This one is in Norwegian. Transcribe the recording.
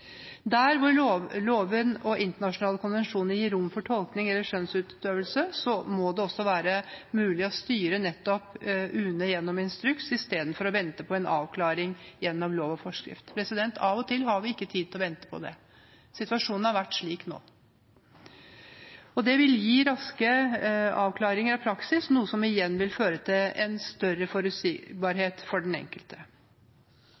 Der hvor loven og internasjonale konvensjoner gir rom for tolkning eller skjønnsutøvelse, må det også være mulig å styre UNE gjennom instruks istedenfor å vente på en avklaring gjennom lov og forskrift. Av og til har vi ikke tid til å vente på dette. Situasjonen har vært slik nå. Det vil gi raske avklaringer av praksis, noe som igjen vil føre til en større forutsigbarhet for den enkelte.